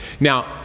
Now